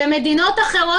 במדינות אחרות,